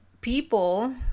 people